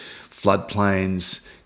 floodplains